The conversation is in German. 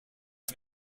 das